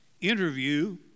interview